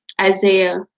Isaiah